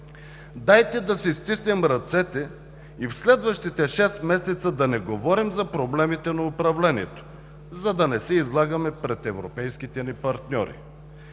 дайте да си стиснем ръцете и в следващите шест месеца да не говорим за проблемите на управлението, за да не се излагаме пред европейските ни партньори.